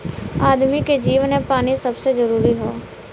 आदमी के जीवन मे पानी सबसे जरूरी हौ